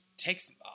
Takes